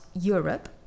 Europe